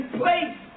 place